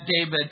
David